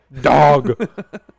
Dog